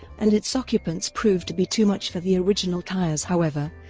and its occupants proved to be too much for the original tires however,